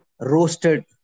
roasted